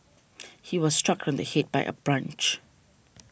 he was struck on the head by a branch